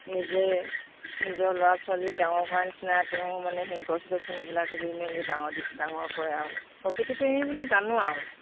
নিজে নিজৰ ল'ৰা ছোৱালীক ডাঙৰ কৰা নিচিনা তেওঁ মানে সেই গছ গছনিবিলাক ৰুই মেলি ডাঙৰ দীঘ ডাঙৰ কৰে আৰু প্ৰকৃতিপ্ৰেমী বুলি জানো আৰু